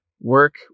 work